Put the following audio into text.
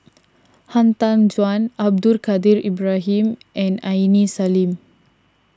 Han Tan Juan Abdul Kadir Ibrahim and Aini Salim